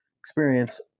experience